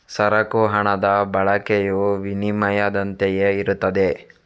ಸರಕು ಹಣದ ಬಳಕೆಯು ವಿನಿಮಯದಂತೆಯೇ ಇರುತ್ತದೆ